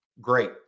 Great